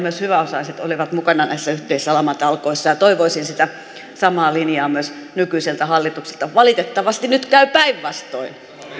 myös hyväosaiset olivat mukana näissä yhteisissä lamatalkoissa ja ja toivoisin sitä samaa linjaa myös nykyiseltä hallitukselta valitettavasti nyt käy päinvastoin